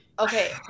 Okay